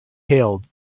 hailed